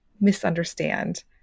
misunderstand